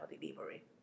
delivery